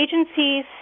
agencies